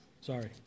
sorry